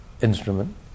instrument